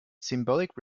symbolic